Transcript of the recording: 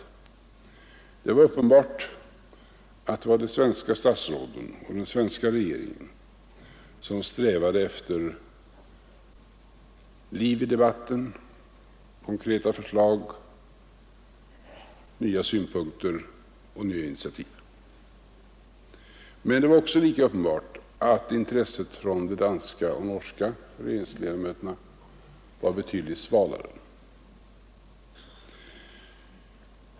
Det var uppenbart att det var de svenska statsråden och den svenska regeringen som strävade efter liv i debatten, konkreta förslag, nya synpunkter och nya initiativ. Men det var lika uppenbart att intresset från de danska och norska regeringsledamöterna var betydligt svalare.